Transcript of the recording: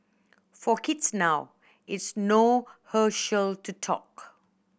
for kids now it's no Herschel no talk